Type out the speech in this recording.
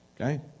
Okay